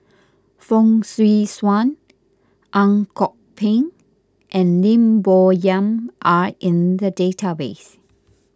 Fong Swee Suan Ang Kok Peng and Lim Bo Yam are in the database